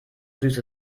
süße